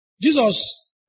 Jesus